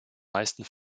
meisten